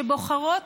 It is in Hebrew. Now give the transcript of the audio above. שבוחרות,